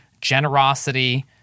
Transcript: Generosity